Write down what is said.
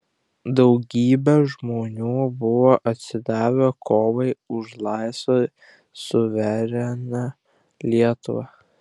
daugybė žmonių buvo atsidavę kovai už laisvą suverenią lietuvą